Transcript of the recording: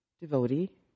devotee